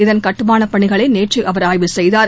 இதன் கட்டுமானப் பணிகளை நேற்று அவர் ஆய்வு செய்தார்